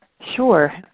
Sure